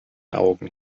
augen